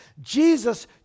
Jesus